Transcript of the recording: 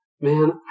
Man